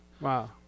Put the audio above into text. Wow